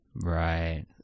right